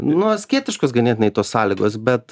nu asketiškos ganėtinai tos sąlygos bet